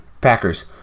Packers